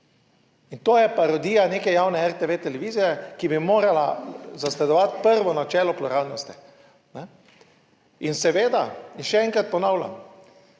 In to je parodija neke javne RTV televizije, ki bi morala zasledovati prvo načelo pluralnosti. In seveda in še enkrat ponavljam,